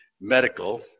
medical